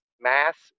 mass